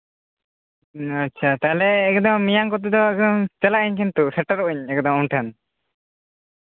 ᱟᱪᱪᱷᱟ ᱛᱟᱦᱚᱞᱮ ᱢᱮᱭᱟᱝ ᱠᱚᱛᱮ ᱫᱚ ᱮᱠᱫᱚᱢ ᱪᱟᱞᱟᱜ ᱟᱹᱧ ᱠᱤᱱᱛᱩ ᱥᱮᱴᱮᱨᱚᱜ ᱟᱹᱧ ᱟᱢ ᱴᱷᱮᱱ